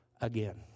again